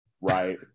Right